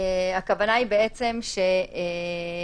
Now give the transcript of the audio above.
הכוונה היא שהחריג